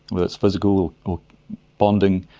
whether it's physical or bonding,